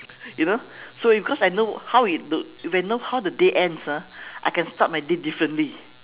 you know so if cause I know how it look when you know how the day ends ah I can start my day differently